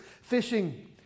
Fishing